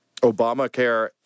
Obamacare